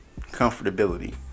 Comfortability